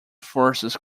forces